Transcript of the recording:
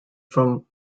from